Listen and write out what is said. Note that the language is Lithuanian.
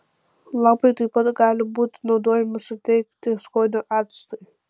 lapai taip pat gali būti naudojami suteikti skonio actui